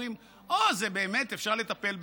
אומרים: באמת, אפשר לטפל בזה.